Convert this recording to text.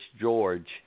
George